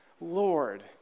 Lord